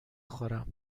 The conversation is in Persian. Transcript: خورم